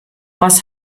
was